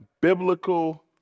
biblical